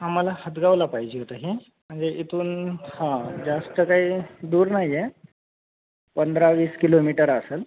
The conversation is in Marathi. आम्हाला हदगावला पाहिजे होतं हे म्हणजे इथून हां जास्त काही दूर नाही आहे पंधरावीस किलोमीटर असंल